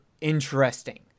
interesting